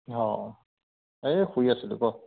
অঁ এই শুই আছিলোঁ ক